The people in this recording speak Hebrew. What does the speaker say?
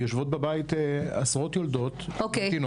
יושבות בבית עשרות יולדות ממתינות,